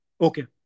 Okay